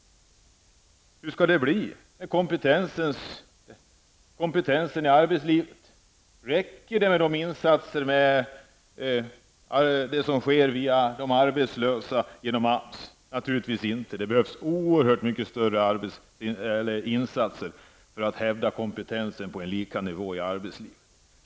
Räcker det med de insatser som görs för de arbetslösa via AMS? Naturligtvis inte! Det behövs oerhört mycket större insatser för att hävda kompetensen i arbetslivet.